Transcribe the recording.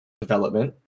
development